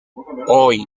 hoy